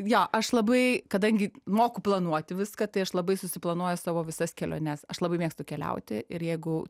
jo aš labai kadangi moku planuoti viską tai aš labai susiplanuoju savo visas keliones aš labai mėgstu keliauti ir jeigu